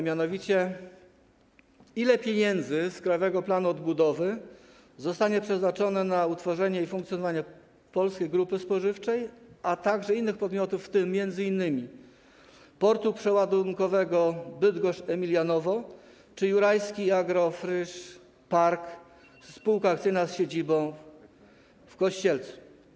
Mianowicie: Ile pieniędzy z Krajowego Planu Odbudowy zostanie przeznaczone na utworzenie i funkcjonowanie Polskiej Grupy Spożywczej, a także innych podmiotów, w tym m.in. portu przeładunkowego Bydgoszcz - Emilianowo czy Jurajskiego Agro Fresh Parku SA z siedzibą w Kościelcu?